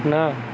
ନା